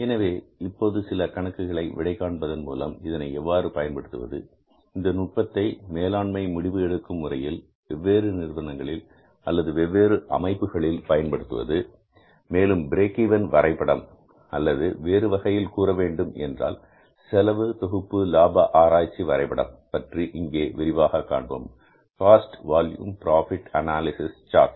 எனவே இப்போது சில கணக்குகளை விடை காண்பதன் மூலம் இதனை எவ்வாறு பயன்படுத்துவது இந்த நுட்பத்தை மேலாண்மை முடிவு எடுக்கும் முறையில் வெவ்வேறு நிறுவனங்களில் அல்லது வேறு வேறு அமைப்புகளில் பயன்படுத்துவது மேலும் பிரேக் ஈவன் வரைபடம் அல்லது வேறு வகையில் கூற வேண்டும் என்றால் செலவு தொகுப்பு லாப ஆராய்ச்சி வரைபடம் பற்றி இப்போது விரிவாக காண்போம்